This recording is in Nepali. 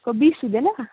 बिस हुँदैन